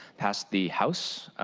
passed the house